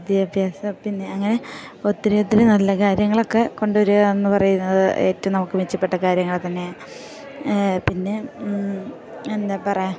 വിദ്യാഭ്യാസം പിന്നെ അങ്ങനെ ഒത്തിരി ഒത്തിരി നല്ല കാര്യങ്ങളൊക്കെ കൊണ്ടുവരിക എന്ന് പറയുന്നത് ഏറ്റവും നമുക്ക് മെച്ചപ്പെട്ട കാര്യങ്ങള് തന്നെയാണ് പിന്നെ എന്താ പറയുക